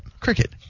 Cricket